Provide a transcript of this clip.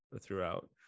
throughout